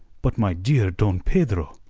but my dear don pedro!